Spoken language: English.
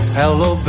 hello